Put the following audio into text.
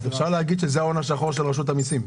אפשר להגיד שזה ההון השחור של רשות המסים.